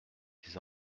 des